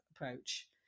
approach